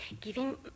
giving